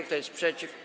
Kto jest przeciw?